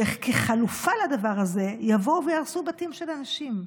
שכחלופה לדבר הזה יבואו ויהרסו בתים של אנשים.